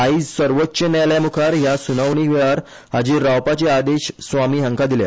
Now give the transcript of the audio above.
आयज सर्वोच्च न्यायालया मुखार हया सुनावणी वेळार हाजीर रावपाचे आदेश स्वामी हांका दिल्या